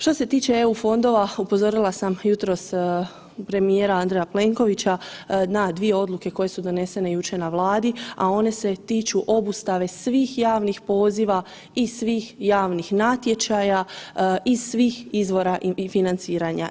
Što se tiče eu fondova, upozorila sam jutros premijera Andreja Plenkovića na dvije odluke koje su donesene jučer na Vladi, a one se tiču obustave svih javnih poziva i svih javnih natječaja iz svih izvora financiranja.